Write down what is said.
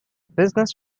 business